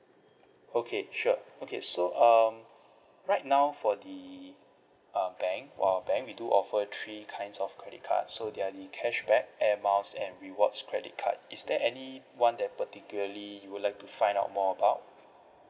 okay sure okay so um right now for the um bank for our bank we do offer three kinds of credit card so they're the cashback air miles and rewards credit card is there any one that particularly you would like to find out more about